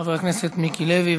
חבר הכנסת מיקי לוי.